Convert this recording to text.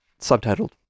subtitled